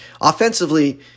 offensively